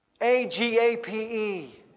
A-G-A-P-E